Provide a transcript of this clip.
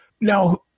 Now